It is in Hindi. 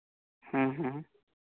हाँ हाँ